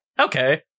Okay